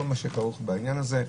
כל מה שכרוך בעניין הזה.